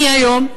היום אני